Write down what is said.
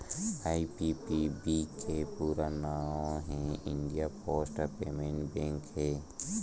IPPB के पूरा नांव हे इंडिया पोस्ट पेमेंट बेंक हे